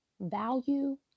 value